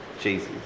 Jesus